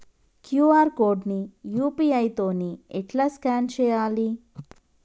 QR code ని UPI తోని ఎట్లా స్కాన్ చేయాలి?